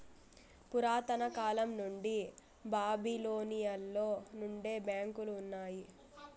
పురాతన కాలం నుండి బాబిలోనియలో నుండే బ్యాంకులు ఉన్నాయి